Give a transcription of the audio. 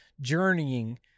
journeying